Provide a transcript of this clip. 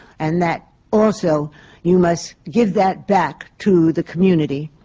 and that also you must give that back to the community.